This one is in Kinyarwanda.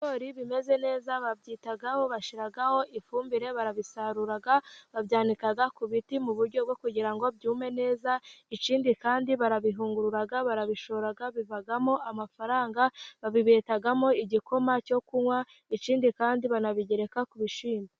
Ibigori bimeze neza, babyitaho, bashyiraho ifumbire, barabisarura, babyanika ku biti mu buryo bwo kugira ngo byume neza, ikindi kandi barabihungurura, barabishora, bivamo amafaranga, babibetamo igikoma cyo kunywa, ikindi kandi banabigereka ku bishyimbo.